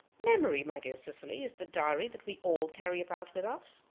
memory, my dear cecily, is the diary that we all carry about with us.